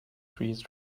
freeze